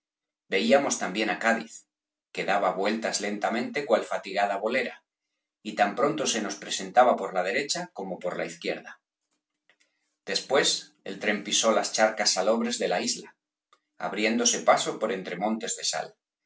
veíamos también á cádiz que daba vueltas lentamente cual fatigada bolera y tan pronto se nos presentaba por la derecha como por la izquierda después el tren pisó las charcas salobres de la isla abriéndose paso por entre montes de sal